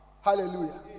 Hallelujah